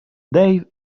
dave